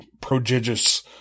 prodigious